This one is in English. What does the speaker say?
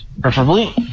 preferably